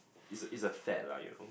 is a is a fad lah you know